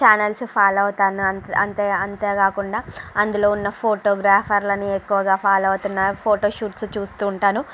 channels follow అవుతాను అంతే అంతేకాకుండా అందులో ఉన్న ఫోటోగ్రాఫర్లని ఎక్కువగా ఫాలో అవుతున్నా ఫోటోషూట్స్ చూస్తు ఉంటాను